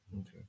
Okay